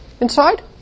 inside